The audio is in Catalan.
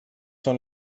són